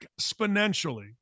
exponentially